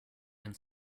and